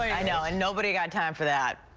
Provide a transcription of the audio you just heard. i i know and nobody got time for that.